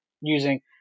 using